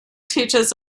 teaches